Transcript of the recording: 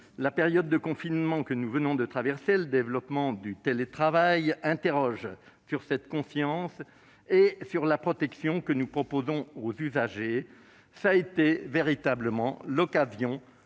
La période de confinement que nous venons de traverser et le développement du télétravail interrogent sur cette conscience et sur la protection que nous proposons aux usagers. Ce fut réellement l'occasion